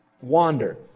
wander